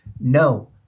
No